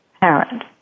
parent